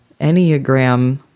Enneagram